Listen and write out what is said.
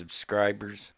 subscribers